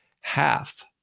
half